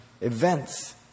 events